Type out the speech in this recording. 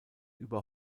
über